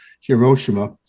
Hiroshima